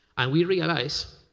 and we realized,